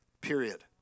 Period